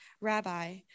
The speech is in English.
Rabbi